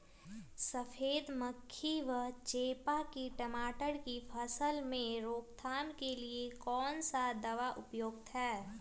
सफेद मक्खी व चेपा की टमाटर की फसल में रोकथाम के लिए कौन सा दवा उपयुक्त है?